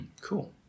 Cool